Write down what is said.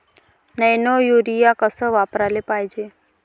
Nano urea कस वापराले पायजे?